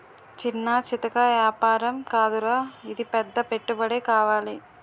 చిన్నా చితకా ఏపారం కాదురా ఇది పెద్ద పెట్టుబడే కావాలి